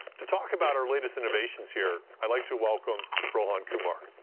to talk about our latest innovations here, i'd like to welcome rohan kumar.